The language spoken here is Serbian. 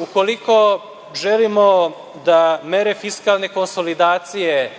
Ukoliko želimo da mere fiskalne konsolidacije